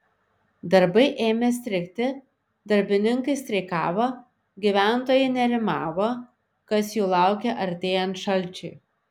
darbai ėmė strigti darbininkai streikavo gyventojai nerimavo kas jų laukia artėjant šalčiui